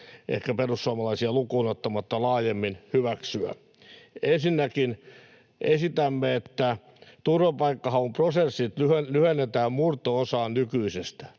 ehkä perussuomalaisia lukuun ottamatta — laajemmin hyväksyä. Ensinnäkin esitämme, että turvapaikkahaun prosessit lyhennetään murto-osaan nykyisestään.